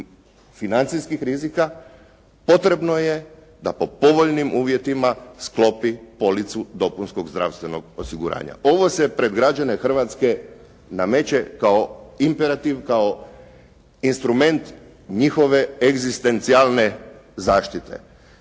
financijskih rizika, potrebno je da po povoljnim uvjetima sklopi policu dopunskog zdravstvenog osiguranja. Ovo se pred građane Hrvatske nameće kao imperativ, kao instrument njihove egzistencijalne zaštite.